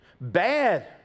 Bad